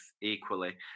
equally